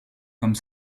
comme